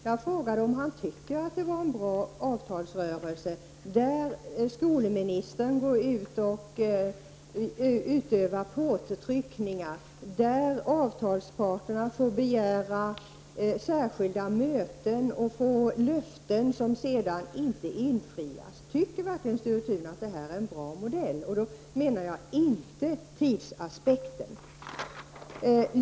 Jag frågade om Sture Thun tycker att denna avtalsrörelse var bra, denna avtalsrörelse där skolministern gick ut och utövade påtryckningar och där avtalsparterna fick lov att begära särskilda möten och fick löften som sedan inte infriades. Tycker verkligen Sture Thun att detta är en bra modell? Jag syftar då inte på tidsaspekten.